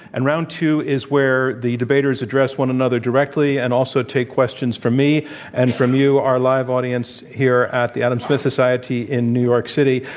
and round two is where the debaters address one another directly and also take questions from me and from you, our live audience here at the adam smith society in new york city.